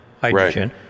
hydrogen